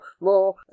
more